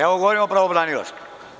Evo, govorim o pravobranilaštvu.